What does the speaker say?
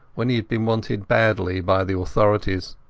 when he had been wanted badly by the authorities.